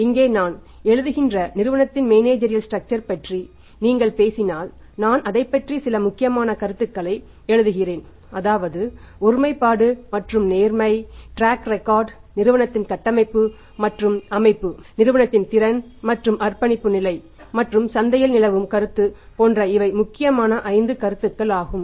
இங்கே நான் எழுதுகின்ற நிறுவனத்தின் மேனேஜீஅரீஅல் ஸ்ட்ரக்சர் நிறுவனத்தின் கட்டமைப்பு மற்றும் அமைப்பு நிபுணத்துவ திறன் மற்றும் அர்ப்பணிப்பு நிலை மற்றும் சந்தையில் நிலவும் கருத்து போன்ற இவை முக்கியமான ஐந்து கருத்துக்கள் ஆகும்